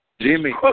Jimmy